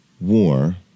War